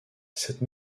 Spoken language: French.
cette